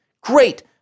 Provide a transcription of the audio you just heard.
great